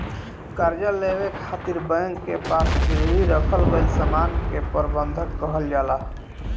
कर्जा लेवे खातिर बैंक के पास गिरवी रखल गईल सामान के बंधक कहल जाला